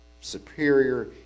superior